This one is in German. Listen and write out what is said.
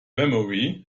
memory